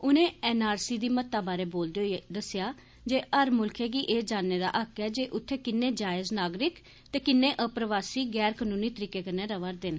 उनें एनआरसी दी म्त्ता बारे बोलदे होई दस्सेआ जे हर मुल्खै गी एह् जानने दा हक्क ऐ जे उत्थें किन्ने जायज नागरिक ते किन्ने अप्रवासी गैर कनूनी तरीके कन्नै रवा दे न